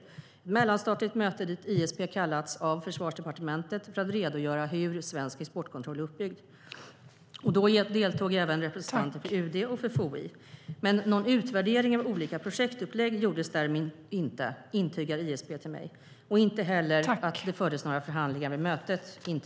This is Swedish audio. Det var ett mellanstatligt möte som ISP kallats till av Försvarsdepartementet för att redogöra för hur svensk exportkontroll är uppbyggd. Även representanter för UD och FOI deltog. Någon utvärdering av olika projektupplägg gjordes dock inte, intygar ISP för mig. Det fördes inte heller några förhandlingar vid mötet.